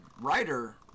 writer